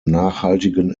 nachhaltigen